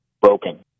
broken